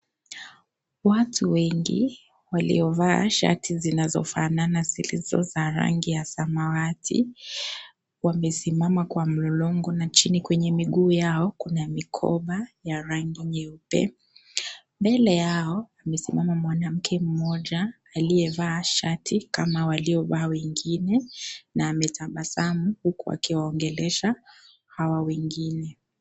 Watu wengi waliovaa shati zinazofanana zilizo za rangi ya samawati wamesimama kwa mlolongo na chini kwenye miguu yao kuna mikoba ya rangi nyeupe mbele yao amesimama mwanamke mmoja aliyevaa shati kama waliovaa wengine na ametabasamu huku akiongelesha hawa wengine.